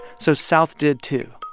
so south did too.